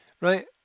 Right